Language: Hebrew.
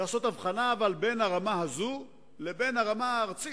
אבל צריך לעשות הבחנה בין הרמה הזו לבין הרמה הארצית.